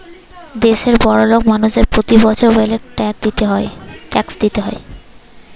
দেশের বড়োলোক মানুষদের প্রতি বছর ওয়েলথ ট্যাক্স দিতে হয়